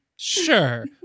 Sure